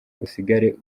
usigare